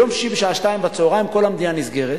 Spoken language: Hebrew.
ביום שישי בשעה 14:00 כל המדינה נסגרת,